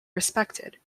respected